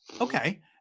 Okay